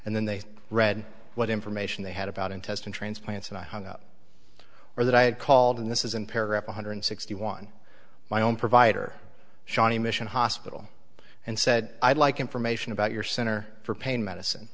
and then they read what information they had about intestine transplants and i hung up or that i had called and this is in paragraph one hundred sixty one my own provider shawnee mission hospital and said i'd like information about your center for pain medicine